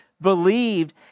believed